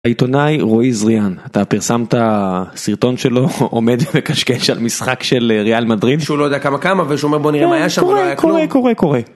עיתונאי רועי זריאן אתה פרסמת סרטון שלו עומד מקשקש על משחק של ריאל מדריד שהוא לא יודע כמה כמה ושאומר בוא נראה מה היה שם. קורה קורה קורה קורה